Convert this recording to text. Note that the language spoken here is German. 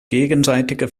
gegenseitige